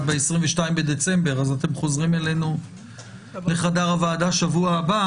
ב-22 בדצמבר אז אתם חוזרים אלינו לחדר הוועדה שבוע הבא